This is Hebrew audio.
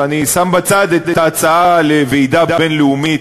ואני שם בצד את ההצעה לוועידה בין-לאומית,